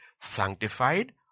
sanctified